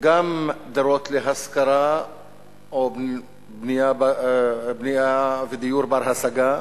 גם דירות להשכרה או בנייה ודיור בר-השגה,